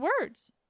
words